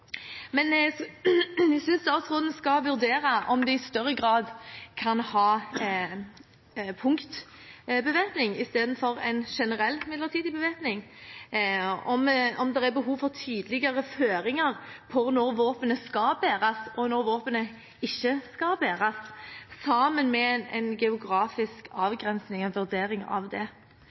Men jeg synes statsråden skal vurdere om man i større grad kan ha punktbevæpning istedenfor en generell midlertidig bevæpning, om det er behov for tydeligere føringer for når våpenet skal bæres og når våpenet ikke skal bæres, sammen med en geografisk avgrensning – en vurdering av det.